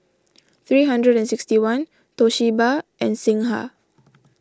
three hundred and sixty one Toshiba and Singha